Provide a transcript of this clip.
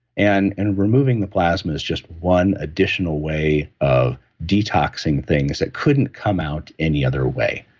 and and removing the plasma is just one additional way of detoxing things that couldn't come out any other way